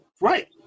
Right